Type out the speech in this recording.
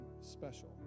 special